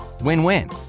win-win